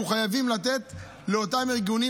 יהיו חייבים לתת לאותם ארגונים,